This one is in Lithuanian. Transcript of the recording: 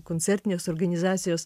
koncertinės organizacijos